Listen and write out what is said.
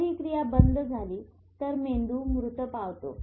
जर ही क्रिया बंद झाली तर मेंदू मृत पावतो